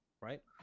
right